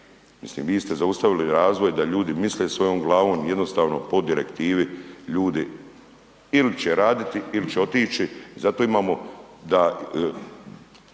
Mislim, vi ste zaustavili razvoj da ljudi misle svojom glavom i jednostavno po direktivi ljudi ili će raditi ili će otići, zato imamo da